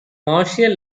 martial